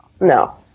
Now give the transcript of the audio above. no